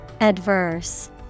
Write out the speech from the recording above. Adverse